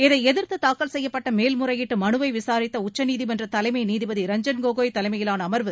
இதை எதிர்த்து தாக்கல் செய்யப்பட்ட மேல்முறையீட்டு மனுவை விசாரித்த உச்சநீதிமன்ற தலைமை நீதிபதி ரஞ்சன் கோகோய் தலைமையிலான அமர்வு